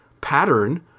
pattern